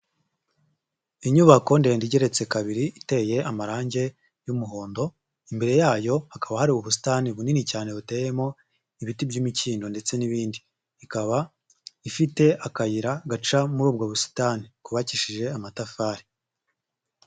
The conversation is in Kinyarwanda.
Inyubako ndende igeretse kabiri iteye amarangi y'umuhondo imbere yayo hakaba hari ubusitani bunini cyane buteyemo ibiti by'imikindo ndetse n'ibindi, ikaba ifite akayira gaca muri ubwo busitani kubakishije amatafari.